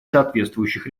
соответствующих